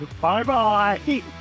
Bye-bye